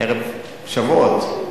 ערב שבועות,